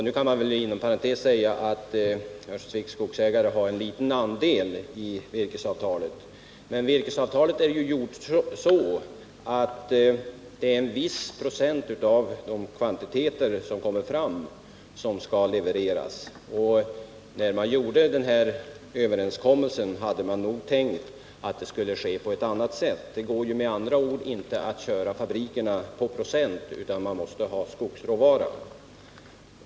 Nu kan jag inom parantes tillägga att Örnsköldsviks skogsägare har en liten andel i virkesavtalet. Men virkesavtalet är konstruerat så att viss procent av de kvantiteter som kommer fram skall levereras. När den här överenskommelsen träffades hade man nog tänkt att det skulle ske på ett annat sätt eftersom kvantiteten minskat så katastrofalt. Det går med andra ord inte att köra fabrikerna på procentbasis utan man måste ha skogsråvara.